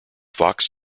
fox